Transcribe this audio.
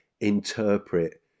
interpret